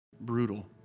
brutal